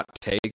take